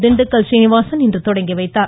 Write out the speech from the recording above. திண்டுக்கல் சீனிவாசன் இன்று தொடங்கி வைத்தார்